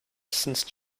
since